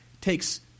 takes